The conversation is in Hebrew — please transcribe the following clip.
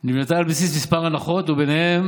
היא נבנתה על בסיס כמה הנחות, וביניהן